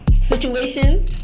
situation